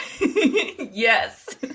Yes